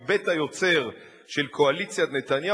מבית היוצר של קואליציית נתניהו,